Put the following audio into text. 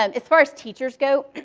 um as far as teachers go,